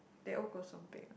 Teh O kosong peng ah